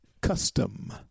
custom